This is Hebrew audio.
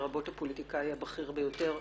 לרבות הפוליטיקאי הבכיר ביותר,